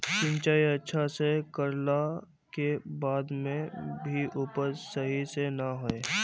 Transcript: सिंचाई अच्छा से कर ला के बाद में भी उपज सही से ना होय?